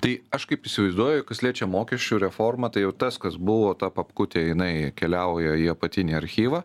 tai aš kaip įsivaizduoju kas liečia mokesčių reformą tai jau tas kas buvo ta papkutė jinai keliauja į apatinį archyvą